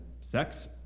sex